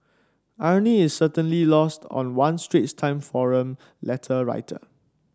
irony is certainly lost on one Straits Times forum letter writer